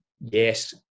yes